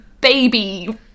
baby